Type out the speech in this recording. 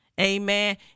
Amen